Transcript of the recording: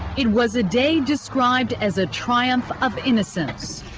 it was a day described as a triumph of innocence.